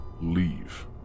Leave